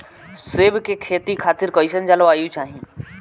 सेब के खेती खातिर कइसन जलवायु चाही?